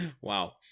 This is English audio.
Wow